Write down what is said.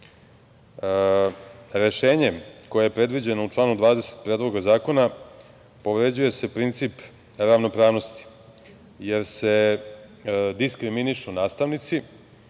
života. Rešenjem koje je predviđeno članom 20. Predloga zakona povređuje se princip ravnopravnosti, jer se diskriminišu nastavnici